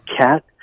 cat